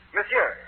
Monsieur